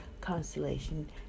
constellation